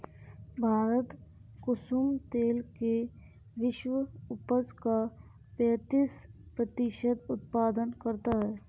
भारत कुसुम तेल के विश्व उपज का पैंतीस प्रतिशत उत्पादन करता है